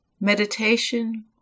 meditation